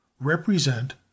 represent